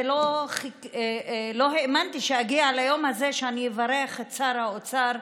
ולא האמנתי שנגיע ליום הזה שאני אברך את שר האוצר,